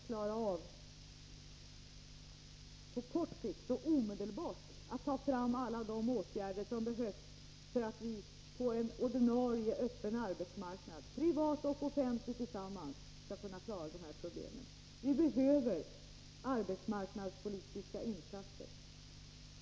Vi kan inte på kort sikt och omedelbart vidta alla de åtgärder som behövs för att vi på en ordinarie öppen arbetsmarknad — privat och offentlig tillsammans — skall kunna klara de här problemen. Vi behöver arbetsmarknadspolitiska insatser.